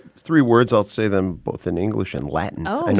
three words, i'll say them both in english and latin oh, and